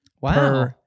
Wow